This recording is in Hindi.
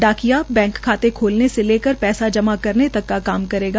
डाकिया बैंक खाते खोलने के लेकर पैसा जमा करने तक का काम करेगा